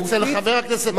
אצל חבר הכנסת,